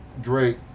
Drake